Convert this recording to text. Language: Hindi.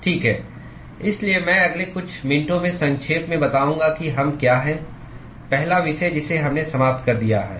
ठीक है इसलिए मैं अगले कुछ मिनटों में संक्षेप में बताऊंगा कि हम क्या हैं पहला विषय जिसे हमने समाप्त कर दिया है